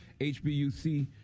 HBUC